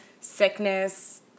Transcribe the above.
sickness